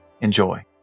Enjoy